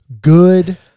good